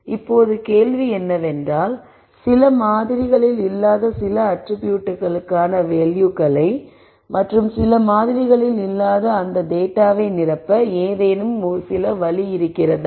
இப்போது கேள்வி என்னவென்றால் சில மாதிரிகளில் இல்லாத சில அட்ரிபியூட்க்கான வேல்யூக்களை மற்றும் சில மாதிரிகளில் இல்லாத அந்த டேட்டாவை நிரப்ப ஏதேனும் சில வழி இருக்கிறதா